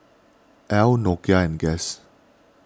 Elle Nokia and Guess